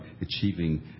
achieving